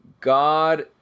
God